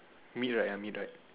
mid right ah mid right